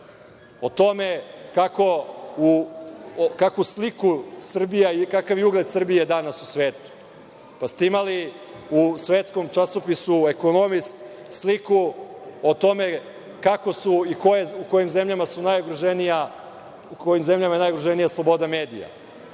o tome kakvu sliku Srbija, i kakav je ugled Srbije danas u svetu. Imali ste u svetskom časopisu „Ekonomist“ sliku o tome u kojim zemljama je najugroženija sloboda medija,